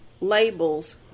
labels